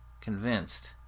convinced